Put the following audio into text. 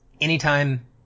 anytime